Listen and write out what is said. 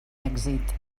èxit